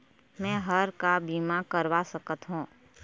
मैं हर का बीमा करवा सकत हो?